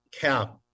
cap